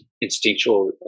instinctual